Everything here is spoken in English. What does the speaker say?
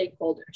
stakeholders